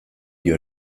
dio